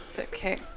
Okay